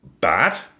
bad